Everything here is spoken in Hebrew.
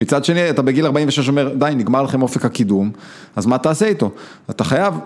מצד שני, אתה בגיל 46 אומר, די, נגמר לכם אופק הקידום, אז מה תעשה איתו? אתה חייב...